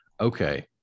okay